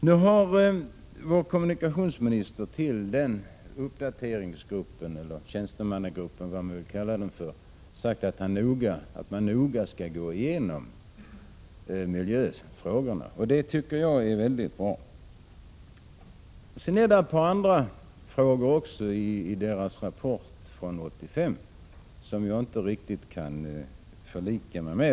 Nu har vår kommunikationsminister till denna uppdateringsgrupp, tjänstemannagrupp, eller vad man vill kalla den, sagt att man noga skall gå igenom miljöfrågorna. Det tycker jag är mycket bra. Det är ett par ytterligare saker i delegationens rapport från 1985 som jag inte riktigt kan förlika mig med.